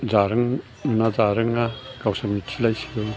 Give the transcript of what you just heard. जारों ना जारोङा गावसोर मिथिलायसिगौ